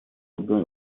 одной